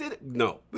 No